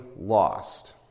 lost